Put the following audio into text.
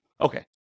Okay